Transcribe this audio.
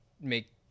make